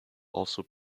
also